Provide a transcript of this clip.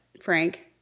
Frank